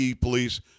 police